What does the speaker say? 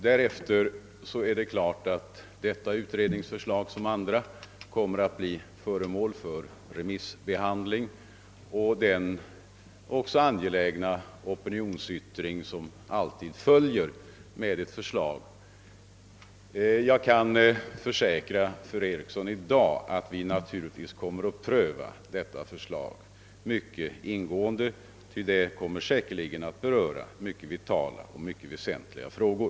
Givetvis kommer det som andra att bli föremål för remissbehandling och den angelägna opinionsyttring som alltid följer med ett förslag. Jag kan i dag försäkra fru Eriksson, att vi naturligtvis kommer att pröva utredningsförslaget mycket ingående, ty det kommer säkerligen att beröra mycket vitala och väsentliga frågor.